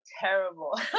terrible